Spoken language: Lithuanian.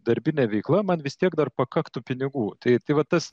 darbinė veikla man vis tiek dar pakaktų pinigų tai tai vat tas